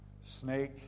snake